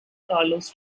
carlos